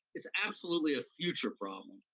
it's absolutely a future problem,